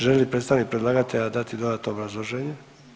Želi li predstavnik predlagatelja dati dodatno obrazloženje?